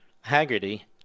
Haggerty